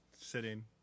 Sitting